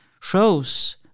Shows